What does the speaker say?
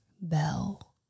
bell